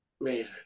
man